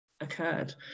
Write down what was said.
occurred